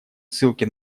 ссылки